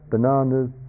bananas